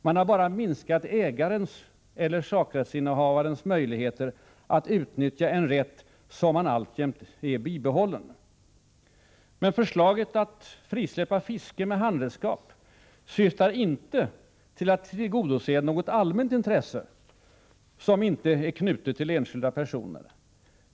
Man har bara minskat ägarens eller sakrättsinnehavarens möjligheter att utnyttja en rätt som han alltjämt är bibehållen. Förslaget att frisläppa fiske med handredskap syftar inte till att tillgodose något allmänt intresse som inte är knutet till enskilda personer.